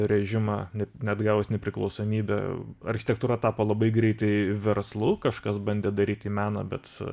režimą net neatgavus nepriklausomybę architektūra tapo labai greitai verslu kažkas bandė daryti meną bet